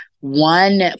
One